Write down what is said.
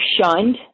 shunned